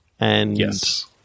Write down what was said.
Yes